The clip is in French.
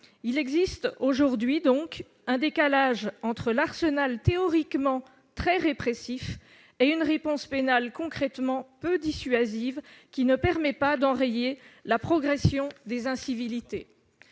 Il y a un décalage entre l'arsenal théoriquement très répressif et une réponse pénale concrètement peu dissuasive, qui ne permet pas d'enrayer la progression des incivilités.